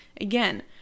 Again